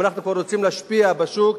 אם אנחנו רוצים להשפיע בשוק,